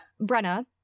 Brenna